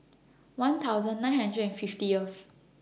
one thousand nine hundred and fiftieth